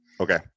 Okay